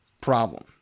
problem